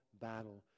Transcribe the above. battle